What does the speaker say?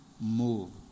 moved